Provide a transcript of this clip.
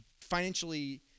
financially